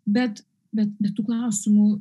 bet bet bet tų klausimų